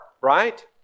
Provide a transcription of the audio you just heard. right